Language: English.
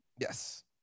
Yes